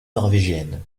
norvégienne